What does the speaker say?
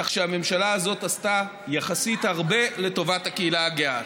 כך שהממשלה הזאת עשתה יחסית הרבה לטובת הקהילה הגאה.